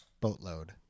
boatload